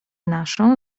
naszą